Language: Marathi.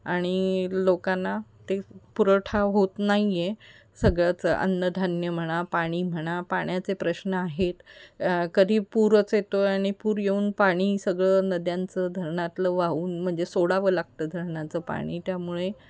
आणि लोकांना ते पुरवठा होत नाही आहे सगळंचं अन्नधान्य म्हणा पाणी म्हणा पाण्याचे प्रश्न आहेत कधी पुरच येतो आणि पूर येऊन पाणी सगळं नद्यांचं धरणातलं वाहून म्हणजे सोडावं लागतं धरणाचं पाणी त्यामुळे